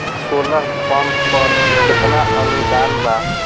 Solar pump पर केतना अनुदान बा?